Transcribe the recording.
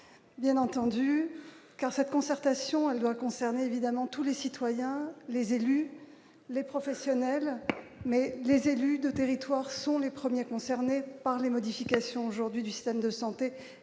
bien entendu, car cette concertation doit concerne évidemment tous les citoyens, les élus, les professionnels, mais les élus de territoires sont les premiers concernés par les modifications aujourd'hui du système de santé